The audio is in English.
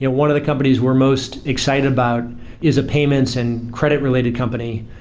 you know one of the companies we're most excited about is a payments and credit related company,